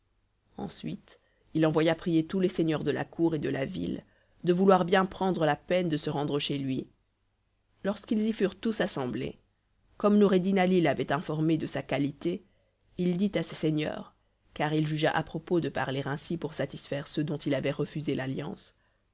ensuite il envoya prier tous les seigneurs de la cour et de la ville de vouloir bien prendre la peine de se rendre chez lui lorsqu'ils y furent tous assemblés comme noureddin ali l'avait informé de sa qualité il dit à ces seigneurs car il jugea à propos de parler ainsi pour satisfaire ceux dont il avait refusé l'alliance